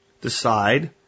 decide